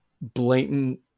blatant